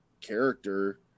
character